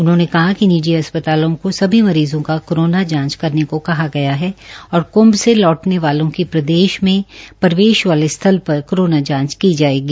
उन्होंने कहा कि निजी अस्प्तालों को सभी मरीज़ों का कोरोना जांच करने को कहा गया है और कृंभ से लौटने वालों की प्रेदश में प्रवेश स्थल र कोरोना जांच की जायेगी